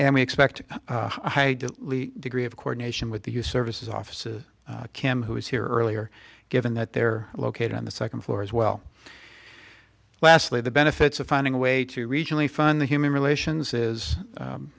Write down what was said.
and we expect degree of coordination with the your services offices kim who was here earlier given that they're located on the second floor as well lastly the benefits of finding a way to regionally fund the human relations is